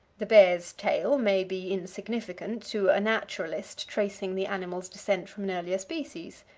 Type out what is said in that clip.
the bear's tail may be insignificant to a naturalist tracing the animal's descent from an earlier species,